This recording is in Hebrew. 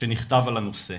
ונכתב על הנושא,